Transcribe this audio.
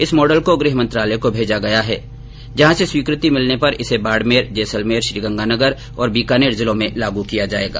इस मॉडल को गृह मंत्रालय को भेजा गया हैं जहां से स्वीकृति मिलने पर इसे बाड़मेर जैसलमेर श्रीगंगानगर बीकानेर जिले में लागू किया जाएगा